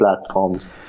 platforms